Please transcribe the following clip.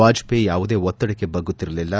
ವಾಜಪೇಯಿ ಯಾವುದೇ ಒತ್ತಡಕ್ಕೆ ಬಗ್ಗುತ್ತಿರಲಿಲ್ಲ